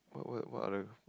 what what what other